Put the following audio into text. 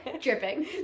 Dripping